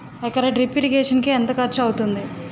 ఎకర drip irrigation కి ఎంత ఖర్చు అవుతుంది?